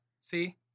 See